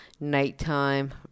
nighttime